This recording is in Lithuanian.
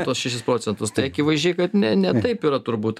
tuos šešis procentus tai akivaizdžiai kad ne ne taip yra turbūt